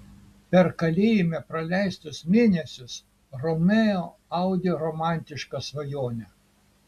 per kalėjime praleistus mėnesius romeo audė romantišką svajonę